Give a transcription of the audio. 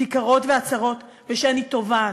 כיכרות ועצרות, ושאני תובעת,